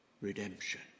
redemption